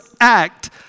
act